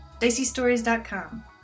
diceystories.com